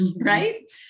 right